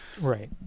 Right